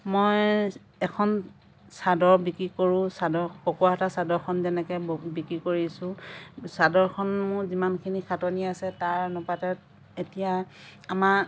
মই এখন চাদৰ বিক্ৰী কৰোঁ চাদৰ পকোৱা সূতাৰ চাদৰখন যেনেকৈ বিক্ৰী কৰিছোঁ চাদৰখন মোৰ যিমানখিনি খাটনি আছে তাৰ অনুপাতত এতিয়া আমাৰ